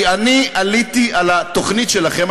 כי אני עליתי על התוכנית שלכם,